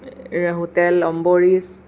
hotel Ambarish